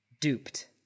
Duped